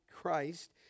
Christ